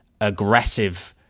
aggressive